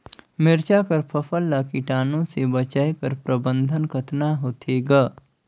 मिरचा कर फसल ला कीटाणु से बचाय कर प्रबंधन कतना होथे ग?